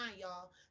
y'all